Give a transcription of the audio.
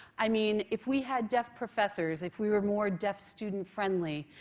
i mean, if we had deaf professors, if we were more deaf student friendly,